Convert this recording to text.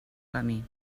camí